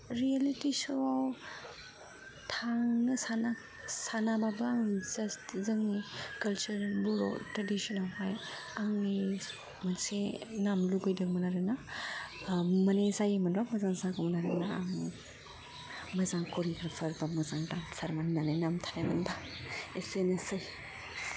reality show आव थांनो सानाबाबो आं जास्ट जोंनि कालचारेल बर' ट्रेडिशनेलआवहाय आंनि मोनसे नाम लुगैदोंमोन आरो ना मानि जायोमोन बा मोजां जागौमोन आरो आं मोजां क'रिय'ग्राफार बा मोजां डान्सारमोन होननानै नाम थायोमोनबा एसेनोसै